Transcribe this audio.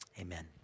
Amen